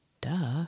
Duh